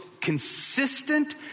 consistent